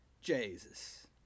Jesus